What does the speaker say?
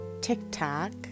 TikTok